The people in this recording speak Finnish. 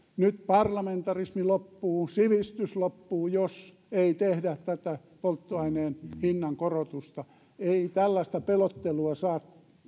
nyt parlamentarismi loppuu ja sivistys loppuu jos ei tehdä tätä polttoaineen hinnankorotusta ei tällaista pelottelua saa